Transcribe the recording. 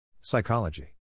Psychology